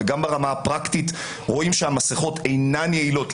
וגם ברמה הפרקטית רואים שהמסכות אינן יעילות,